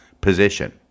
position